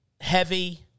heavy